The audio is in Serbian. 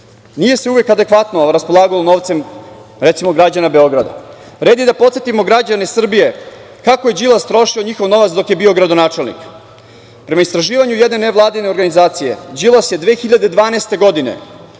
nije se uvek adekvatno raspolagalo novcem, recimo građana Beograda. Red je da podsetimo građane Srbije kako je Đilas trošio njihov novac dok je bio gradonačelnik. Prema istraživanju jedne nevladine organizacije Đilas je 2012. godine